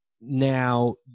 Now